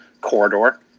corridor